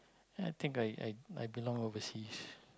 I think I I belong overseas